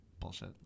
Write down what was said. bullshit